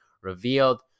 revealed